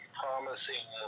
promising